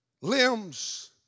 limbs